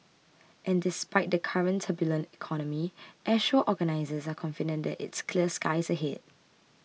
and despite the current turbulent economy Airshow organisers are confident that it's clear skies ahead